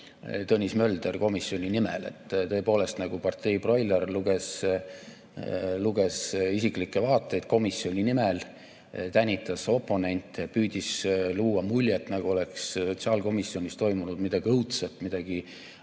Tõnis Mölder komisjoni nimel. Tõepoolest, nagu parteibroiler luges isiklikke vaateid komisjoni nimel, tänitas oponente, püüdis luua muljet, nagu oleks sotsiaalkomisjonis toimunud midagi õudset, midagi